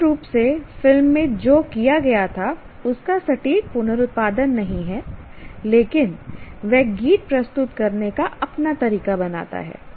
मूल रूप से फिल्म में जो किया गया था उसका सटीक पुनरुत्पादन नहीं है लेकिन वह गीत प्रस्तुत करने का अपना तरीका बनाता है